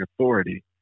authority